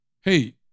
hey